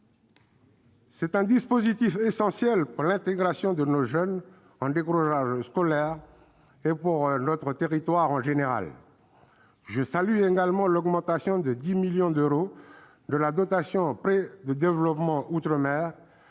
C'est un dispositif essentiel pour l'intégration de nos jeunes en décrochage scolaire et pour notre territoire en général. Je salue également l'augmentation de 10 millions d'euros de la dotation relative au prêt de développement outre-mer,